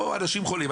אנשים חולים,